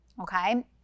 okay